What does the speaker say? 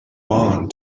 bond